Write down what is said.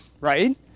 right